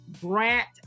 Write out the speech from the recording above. Grant